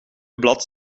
blad